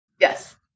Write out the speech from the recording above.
Yes